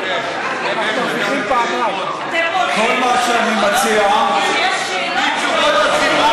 כל מה שאני מציע תתביישו לכם.